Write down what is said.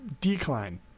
decline